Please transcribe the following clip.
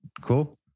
Cool